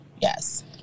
yes